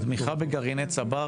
התמיכה בגרעיני צבר,